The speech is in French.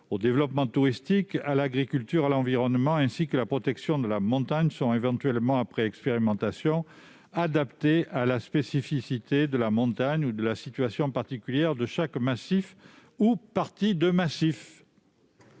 au développement touristique, à l'agriculture, à l'environnement ainsi qu'à la protection de la montagne sont, éventuellement après expérimentation, adaptées à la spécificité de la montagne ou à la situation particulière de chaque massif ou partie de massif.